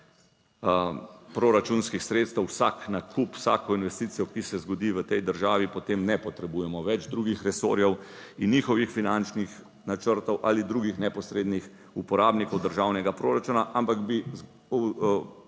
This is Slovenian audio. proračunskih sredstev, vsak nakup, vsako investicijo, ki se zgodi v tej državi, potem ne potrebujemo več drugih resorjev in njihovih finančnih načrtov ali drugih neposrednih uporabnikov državnega proračuna, ampak bi